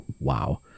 Wow